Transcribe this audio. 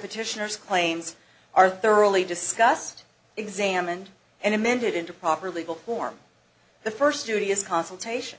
petitioners claims are thoroughly discussed examined and amended into proper legal form the first duty is consultation